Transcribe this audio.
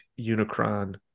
Unicron